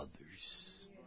others